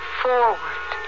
forward